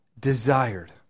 desired